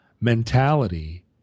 Mentality